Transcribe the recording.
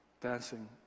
dancing